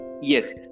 Yes